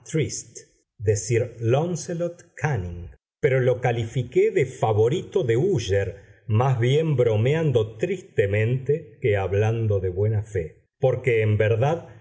cánning pero lo califiqué de favorito de úsher más bien bromeando tristemente que hablando de buena fe porque en verdad